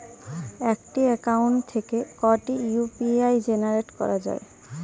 একটি অ্যাকাউন্ট থেকে কটি ইউ.পি.আই জেনারেট করা যায়?